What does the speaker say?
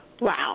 Wow